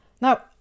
Now